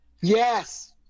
Yes